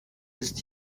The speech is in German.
ist